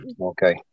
Okay